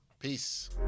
Peace